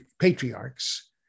patriarchs